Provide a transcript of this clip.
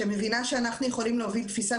שמבינה שאנחנו יכולים להוביל תפיסת